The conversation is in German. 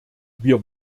wir